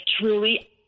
truly